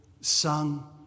sung